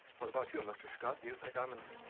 what about you, mr. scott? do you think i'm ins.